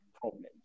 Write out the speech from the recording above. problems